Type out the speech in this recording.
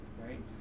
right